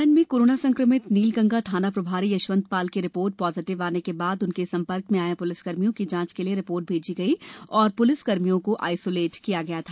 उज्जैन में कोरोना संक्रमित नीलगंगा थाना प्रभारी यशवंत पाल की रिपोर्ट पॉजिटिव आने के बाद उनके संपर्क में आये पुलिसकर्मियों की जांच के लिए रिपोर्ट भेजी गयी और सभी पुलिसकर्मियों को आइसोलेट किया था